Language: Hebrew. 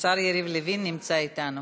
השר יריב לוין נמצא אתנו.